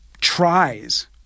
tries